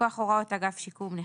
מכוח הוראות אגף שיקום נכים,